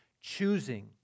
choosing